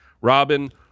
Robin